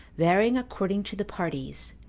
varying according to the parties,